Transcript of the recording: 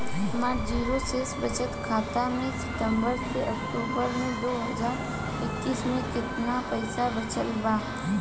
हमार जीरो शेष बचत खाता में सितंबर से अक्तूबर में दो हज़ार इक्कीस में केतना पइसा बचल बा?